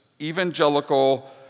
evangelical